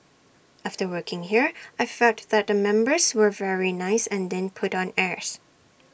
after working here I felt that the members were very nice and didn't put on airs